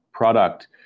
product